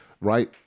right